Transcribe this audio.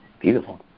Beautiful